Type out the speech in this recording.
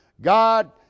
God